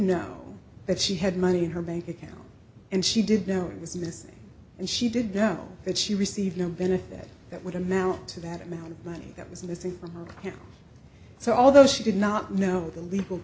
know that she had money in her bank account and she did know it was missing and she did know that she received no benefit that would amount to that amount of money that was missing from him so although she did not know the legal